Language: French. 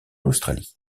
australie